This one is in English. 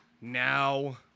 now